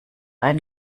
ein